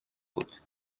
بود